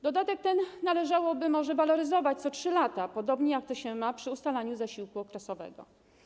Dodatek ten należałoby może waloryzować co 3 lata, podobnie jak jest przy ustalaniu zasiłku okresowego.